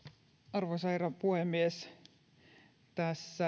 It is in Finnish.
arvoisa herra puhemies tässä